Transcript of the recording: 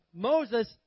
Moses